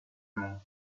monde